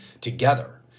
together